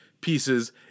pieces